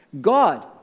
God